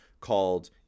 called